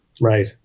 Right